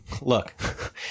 look